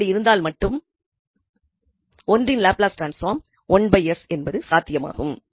அப்படி இருந்தால் மட்டும் தான் 1இன் லாப்லாஸ் டிரான்ஸ்பாம் என்பது சாத்தியமாகும்